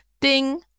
Ding